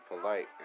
polite